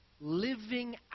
living